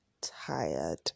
tired